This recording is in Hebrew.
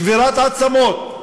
שבירת עצמות,